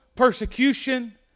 persecution